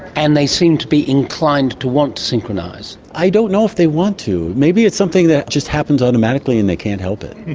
and they seem to be inclined to want to synchronise. i don't know if they want to. maybe it's something that just happens automatically and they can't help it.